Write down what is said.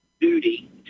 duty